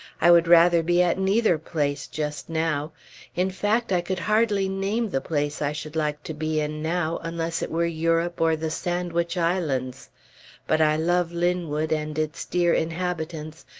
i would rather be at neither place, just now in fact i could hardly name the place i should like to be in now, unless it were europe or the sandwich islands but i love linwood and its dear inhabitants,